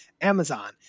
Amazon